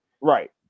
Right